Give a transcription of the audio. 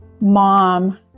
mom